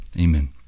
Amen